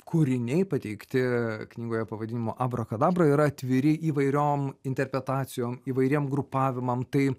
kūriniai pateikti knygoje pavadinimu abrakadabra yra atviri įvairiom interpretacijom įvairiem grupavimam tai